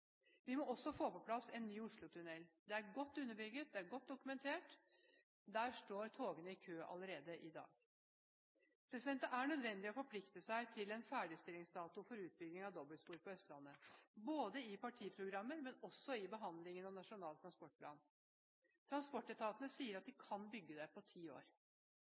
Vi må også få på plass en ny Oslo-tunnel. Det er godt underbygget, det er godt dokumentert: Der står togene i kø allerede i dag. Det er nødvendig å forplikte seg til en ferdigstillelsesdato for utbyggingen av dobbeltspor på Østlandet, både i partiprogrammer og også i behandlingen av Nasjonal transportplan. Transportetatene sier at de kan bygge det på ti år.